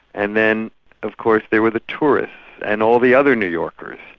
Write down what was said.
and then of course there were the tourists and all the other new yorkers.